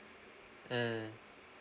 mm